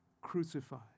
crucified